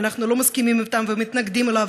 ואנחנו לא מסכימים איתן ומתנגדים לו,